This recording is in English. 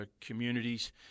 communities